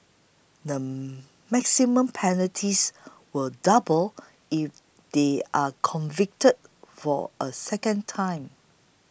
the maximum penalties will double if they are convicted for a second time